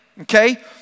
Okay